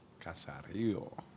Casario